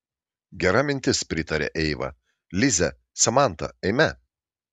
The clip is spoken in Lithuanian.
gera mintis pritarė eiva lize samanta eime